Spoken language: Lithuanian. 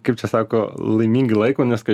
kaip čia sako laimingi laiko neskai